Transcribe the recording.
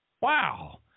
wow